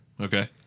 Okay